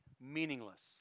meaningless